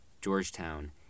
Georgetown